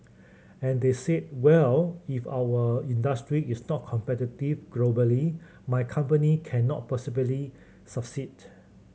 and they said well if our industry is not competitive globally my company cannot possibly succeed